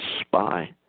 spy